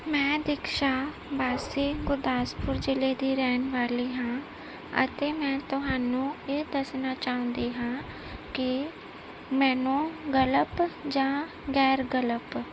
ਮੈਂ ਦੀਕਸ਼ਾ ਵਾਸੀ ਗੁਰਦਾਸਪੁਰ ਜ਼ਿਲ੍ਹੇ ਦੀ ਰਹਿਣ ਵਾਲੀ ਹਾਂ ਅਤੇ ਮੈਂ ਤੁਹਾਨੂੰ ਇਹ ਦੱਸਣਾ ਚਾਹੁੰਦੀ ਹਾਂ ਕਿ ਮੈਨੂੰ ਗਲਪ ਜਾਂ ਗੈਰ ਗਲਪ